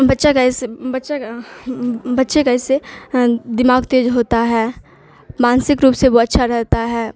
بچہ کا اس سے بچہ کا بچے کا اس سے دماغ تیز ہوتا ہے مانسک روپ سے وہ اچھا رہتا ہے